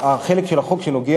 החלק של החוק שנוגע,